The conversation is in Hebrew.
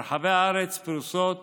ברחבי הארץ פרוסות